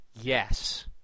Yes